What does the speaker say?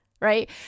right